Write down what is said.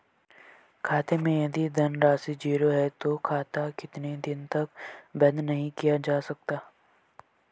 खाते मैं यदि धन राशि ज़ीरो है तो खाता कितने दिन तक बंद नहीं किया जा सकता?